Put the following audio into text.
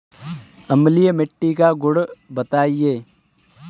अम्लीय मिट्टी का गुण बताइये